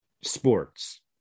sports